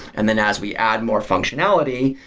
and then as we add more functionality,